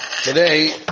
Today